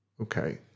Okay